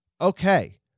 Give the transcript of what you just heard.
Okay